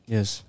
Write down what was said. Yes